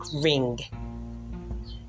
ring